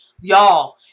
y'all